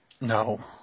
No